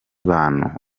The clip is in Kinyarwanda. batanu